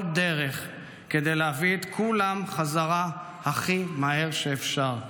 דרך כדי להביא את כולם חזרה הכי מהר שאפשר.